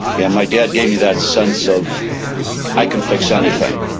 and my dad gave me that sense of i can fix anything.